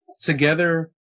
together